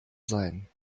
sein